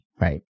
right